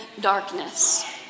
darkness